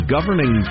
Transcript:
Governing